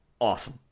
awesome